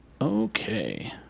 Okay